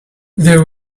there